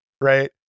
right